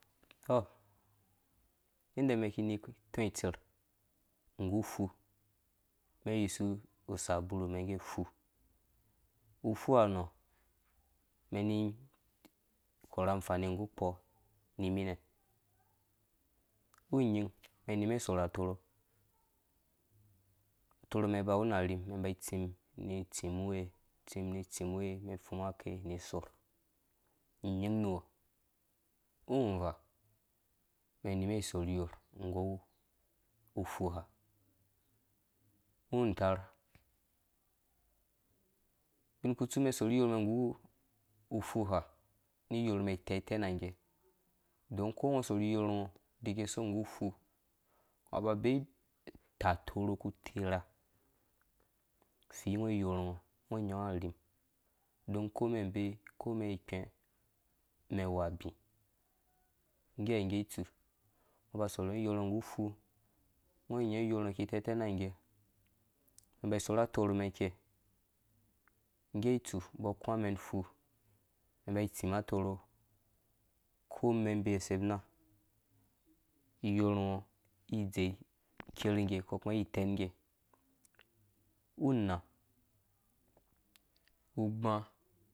Tɔ inde mɛnki ni tɔtser nggufumɛn yisu usasurha ngge ufu ufuha nɔ me ni korha amfeni nggu atoro atoro mɛn bawu na rhim mɛn ba tsim ni tsimuwe tsim ni tsimwe mɛn fuma ake nu sɔrh unyin nuwɔ uvaa mɛn nu mɛn sorhi nggu ufuha utaar ubin kutsu mɛn sorhi iyormɛn ufu ha na iyɔr ngɔ diki sɔng nggu ufu aba be uta tɔrɔ ku terha fii ngɔ iyoor ngɔ ngo nyaɔ arhim on ko mɛn ko mɛn ikpɛ mɛn wu abi nggeha ngge tsu ngɔ ba sorhu ngɔ iyɔr ngɔ nggu ufu ngɔ uyaɔ iyɔɔ ngɔ tɛtɛnangge ba sorh atoro mɛn ikei ngge tsu mbɔ kũa mɛn ufumɛn ba tsia tɔrɔ komɛ bee usebina iyɔr iyɔɔ ngɔ idze ker ngge ko kama itɛn ngge unaa ubã.